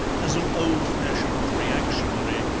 as an old-fashioned reactionary,